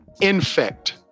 infect